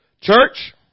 Church